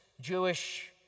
Jewish